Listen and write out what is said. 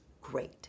great